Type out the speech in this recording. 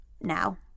Now